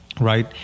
Right